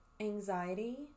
anxiety